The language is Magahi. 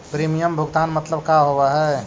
प्रीमियम भुगतान मतलब का होव हइ?